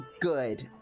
good